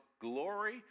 glory